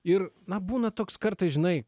ir na būna toks kartais žinai